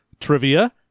trivia